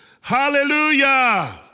Hallelujah